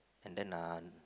and then uh